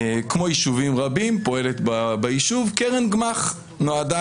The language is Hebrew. וכמו ביישובים רבים פועלת ביישוב קרן גמ"ח שנועדה